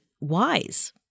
wise